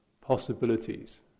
possibilities